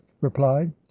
replied